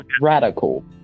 radical